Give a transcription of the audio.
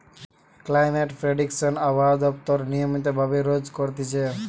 climate prediction আবহাওয়া দপ্তর নিয়মিত ভাবে রোজ করতিছে